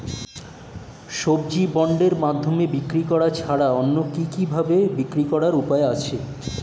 সবজি বন্ডের মাধ্যমে বিক্রি করা ছাড়া অন্য কি কি ভাবে বিক্রি করার উপায় আছে?